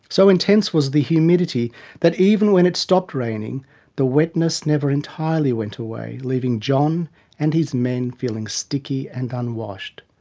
so intense was the humidity that even when it stopped raining the wetness never entirely went away leaving john and his men feeling sticky and unwashed.